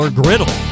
griddle